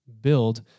build